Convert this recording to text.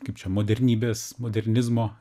kaip čia modernybės modernizmo